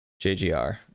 JGR